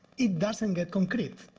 it doesn't get concrete.